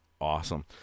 awesome